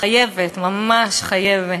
חברת הכנסת מיכל